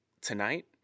tonight